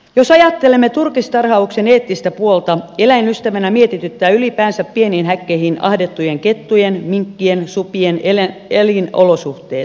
jos ajattelemme turkistarhauksen eettistä puolta eläinystävänä mietityttävät ylipäänsä pieniin häkkeihin ahdettujen kettujen minkkien supien elinolosuhteet